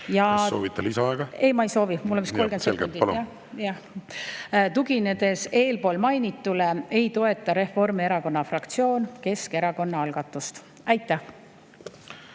Kas soovite lisaaega? Ei, ma ei soovi. Mul läheb 30 sekundit. Tuginedes eelpool mainitule ei toeta Reformierakonna fraktsioon Keskerakonna algatust. Aitäh!